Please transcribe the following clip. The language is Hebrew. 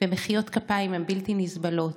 מחיאות כפיים הן בלתי נסבלות,